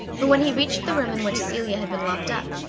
but when he reached the room in which celia had been locked up,